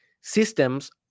systems